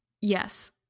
Yes